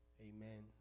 Amen